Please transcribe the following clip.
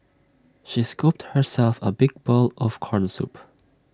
she scooped herself A big bowl of Corn Soup